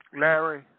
Larry